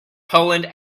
poland